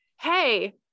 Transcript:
hey